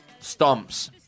stomps